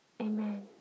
Amen